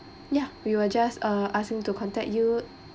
ya we will just uh ask him to contact you